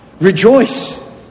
Rejoice